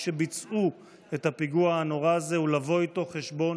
שביצעו את הפיגוע הנורא הזה ולבוא איתו חשבון